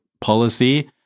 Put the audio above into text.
policy